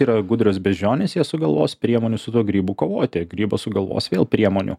yra gudrūs beždžionės jie sugalvos priemonių su tuo grybų kovoti grybas sugalvos vėl priemonių